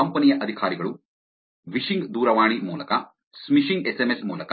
ಕಂಪನಿಯ ಅಧಿಕಾರಿಗಳು ವಿಶಿಂಗ್ ದೂರವಾಣಿ ಮೂಲಕ ಸ್ಮಿಶಿಂಗ್ ಎಸ್ ಎಂ ಎಸ್ ಮೂಲಕ